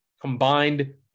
combined